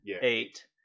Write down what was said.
eight